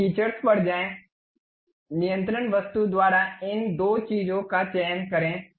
तो सुविधाओं पर जाएं नियंत्रण वस्तु द्वारा इन दो चीजों का चयन करें